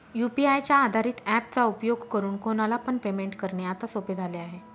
UPI च्या आधारित app चा उपयोग करून कोणाला पण पेमेंट करणे आता सोपे झाले आहे